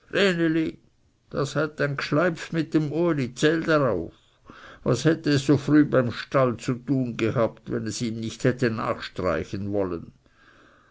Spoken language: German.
das hat ein gschleipf mit dem uli zähl darauf was hätte es so früh beim stall zu tun gehabt wenn es ihm nicht hätte nachstreichen wollen